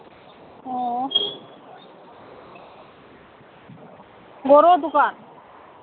ꯑꯣ ꯕꯣꯔꯣ ꯗꯨꯀꯥꯟ